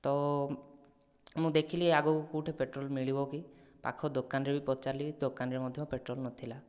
ତ ମୁଁ ଦେଖିଲି ଆଗକୁ କେଉଁଠାରେ ପେଟ୍ରୋଲ ମିଳିବ କି ପାଖ ଦୋକାନରେ ବି ପଚାରିଲି ଦୋକାନରେ ମଧ୍ୟ ପେଟ୍ରୋଲ ନଥିଲା